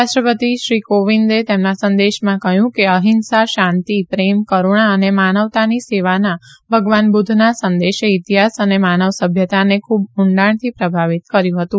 રાષ્ટ્રપતિ કોવિંદે તેમના સંદેશમાં કહ્યું છે કે અહિંસા શાંતિ પ્રેમ કરૂણા અને માનવતાની સેવાના ભગવાન બુદ્ધના સંદેશે ઇતિહાસ અને માનવ સભ્યતાને ખૂબ ઉંડાણથી પ્રભાવિત કર્યું હતું